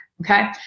okay